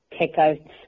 kickouts